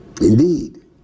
Indeed